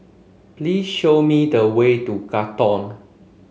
please show me the way to Katong